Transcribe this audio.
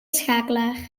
schakelaar